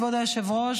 כבוד היושב-ראש,